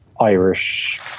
Irish